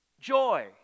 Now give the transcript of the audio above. Joy